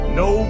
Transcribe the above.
no